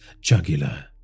jugular